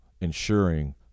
ensuring